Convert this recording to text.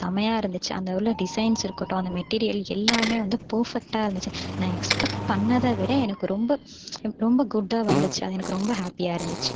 செமையா இருந்துச்சு அந்த உள்ள டிசைன்ஸ் இருக்கட்டும் அந்த மெட்டீரியல் எல்லாமே வந்து பெர்ஃபெக்ட்டாருந்துச்சு நான் எக்ஸ்பெக்ட் பண்ணதை விட எனக்கு ரொம்ப ரொம்ப குட்டாக வந்துச்சு அது எனக்கு ரொம்ப ஹாப்பியாயிருந்துச்சி